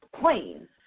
plane